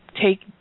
take